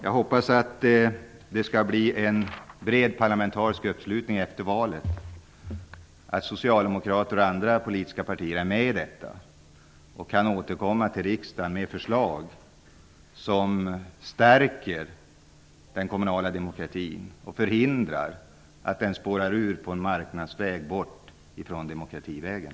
Jag hoppas att det skall bli en bred parlamentarisk uppslutning efter valet och att Socialdemokraterna och andra politiska partier är med och återkommer till riksdagen med förslag som stärker den kommunala demokratin och förhindrar att den spårar ur på en marknadsväg långt bort från demokrativägen.